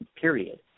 period